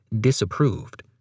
disapproved